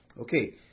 Okay